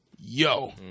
Yo